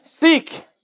Seek